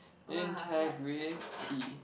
integrity